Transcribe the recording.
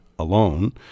alone